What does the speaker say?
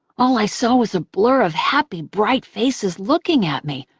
all i saw was a blur of happy bright faces looking at me,